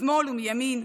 משמאל ומימין.